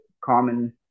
common